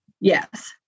Yes